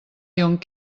lyon